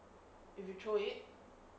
if you throw it